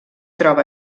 troba